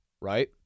right